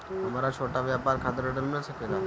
हमरा छोटा व्यापार खातिर ऋण मिल सके ला?